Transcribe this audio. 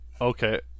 Okay